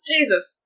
Jesus